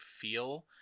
feel